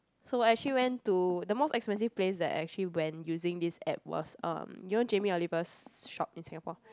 so actually went to the most expensive place that I actually went using this app was um you know Jamie-Oliver's shop in Singapore